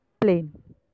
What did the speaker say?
plane